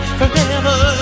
forever